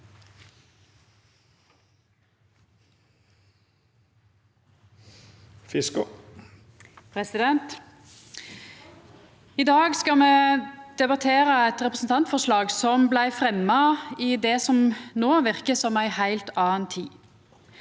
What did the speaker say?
I dag skal me debattera eit representantforslag som blei fremja i det som no verkar som ei heilt anna tid.